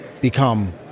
become